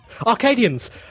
Arcadians